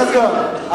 סיימת?